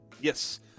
Yes